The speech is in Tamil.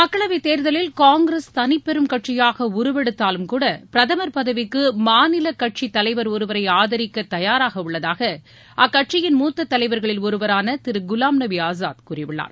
மக்களவை தேர்தலில் காங்கிரஸ் தனிப்பெரும் கட்சியாக உருவெடுத்தாலும்கூட பிரதமர் பதவிக்கு மாநில கட்சித் தலைவர் ஒருவரை ஆதரிக்க தயாராக உள்ளதாக அக்கட்சியின் மூத்த தலைவர்களில் ஒருவரான திரு குலாம் நபி ஆசாத் கூறியுள்ளார்